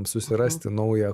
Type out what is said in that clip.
susirasti naują